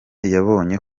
yabonye